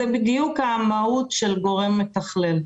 זאת בדיוק המהות של גורם מתכלל.